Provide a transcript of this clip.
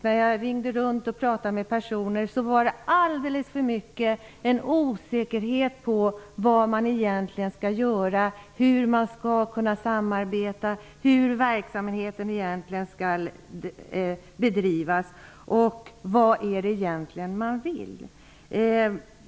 När jag ringde runt och talade med olika personer fanns det en alldeles för stor osäkerhet om vad man skall göra, hur man skall kunna samarbeta och hur verksamheten skall bedrivas. Frågan var: Vad är det egentligen man vill?